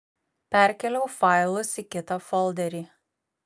perkėliau failus į kitą folderį